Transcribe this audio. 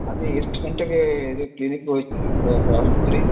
ಅದೇ ಎಷ್ಟು ಗಂಟೆಗೆ ಇದು ಕ್ಲಿನಿಕ್ಕಿಗೆ